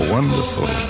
wonderful